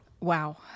Wow